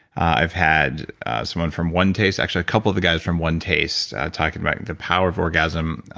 i've had someone from one taste, actually a couple of the guys from one taste, talking about the power of orgasm.